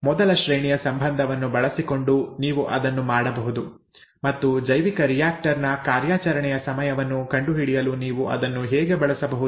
ಮೊದಲ ಶ್ರೇಣಿಯ ಸಂಬಂಧವನ್ನು ಬಳಸಿಕೊಂಡು ನೀವು ಅದನ್ನು ಮಾಡಬಹುದು ಮತ್ತು ಜೈವಿಕ ರಿಯಾಕ್ಟರ್ ನ ಕಾರ್ಯಾಚರಣೆಯ ಸಮಯವನ್ನು ಕಂಡುಹಿಡಿಯಲು ನೀವು ಅದನ್ನು ಹೇಗೆ ಬಳಸಬಹುದು